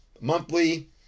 monthly